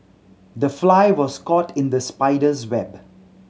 the fly was caught in the spider's web